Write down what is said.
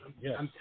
Yes